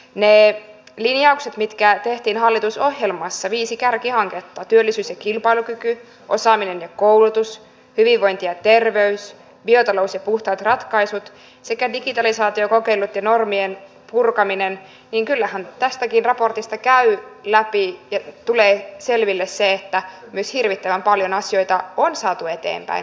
ne linjaukset mitkä tehtiin hallitusohjelmassa viisi kärkihanketta työllisyys ja kilpailukyky osaaminen ja koulutus hyvinvointi ja terveys biotalous ja puhtaat ratkaisut sekä digitalisaatiokokeilut ja normien purkaminen kyllähän tästäkin raportista käy ilmi ja tulee selville se että myös hirvittävän paljon asioita on saatu eteenpäin